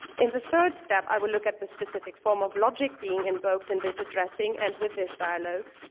in the third step, i will look at the specific form of logic being invoked in this addressing and with this dialogue.